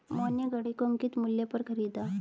मोहन ने घड़ी को अंकित मूल्य पर खरीदा